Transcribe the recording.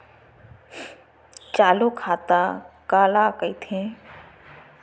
चालू खाता काला कहिथे?